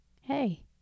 hey